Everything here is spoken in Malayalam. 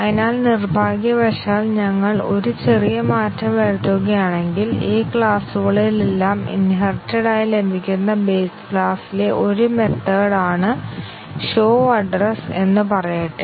അതിനാൽ നിർഭാഗ്യവശാൽ ഞങ്ങൾ ഒരു ചെറിയ മാറ്റം വരുത്തുകയാണെങ്കിൽ ഈ ക്ലാസുകളിലെല്ലാം ഇൻഹെറിറ്റെഡ് ആയി ലഭിക്കുന്ന ബേസ് ക്ലാസിലെ ഒരു മെത്തേഡ് ആണ് show address എന്ന് പറയട്ടെ